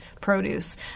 produce